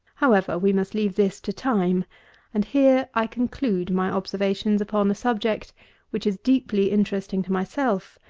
however, we must leave this to time and here i conclude my observations upon a subject which is deeply interesting to myself,